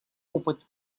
опыт